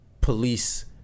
police